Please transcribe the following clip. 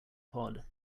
pod